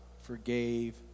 forgave